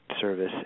service